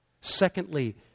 Secondly